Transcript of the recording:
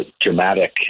dramatic